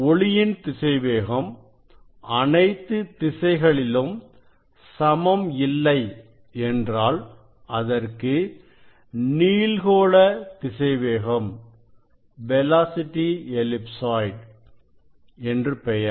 ஒளியின் திசைவேகம் அனைத்து திசைகளிலும் சமம் இல்லை என்றால் அதற்கு நீள்கோள திசைவேகம் என்று பெயர்